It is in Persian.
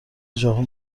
ژاپن